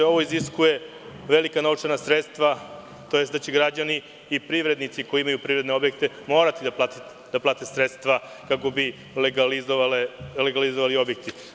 Ovo iziskuje velika novčana sredstva, tj. da će građani i privrednici koji imaju privredne objekte morati da plate sredstva kako bi legalizovali objekte.